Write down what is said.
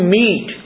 meet